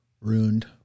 ruined